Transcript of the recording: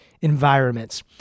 environments